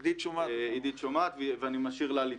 עידית שומעת, ואני משאיר לה להתייחס.